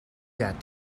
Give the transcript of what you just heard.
that